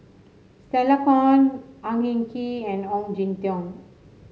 Stella Kon Ang Hin Kee and Ong Jin Teong